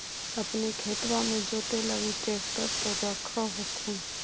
अपने खेतबा मे जोते लगी ट्रेक्टर तो रख होथिन?